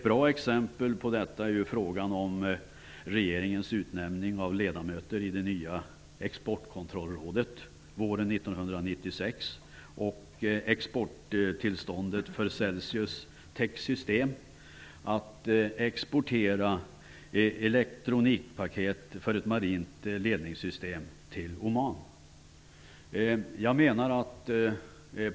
Bra exempel på detta är frågan om regeringens utnämning av ledamöter i det nya exportkontrollrådet våren 1996 och frågan om exporttillstånd för Celsius Tech Systems att exportera elektronikpaket för ett marint ledningssystem till Oman.